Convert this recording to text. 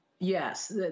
Yes